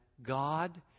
God